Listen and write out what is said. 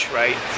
right